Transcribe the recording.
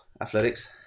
athletics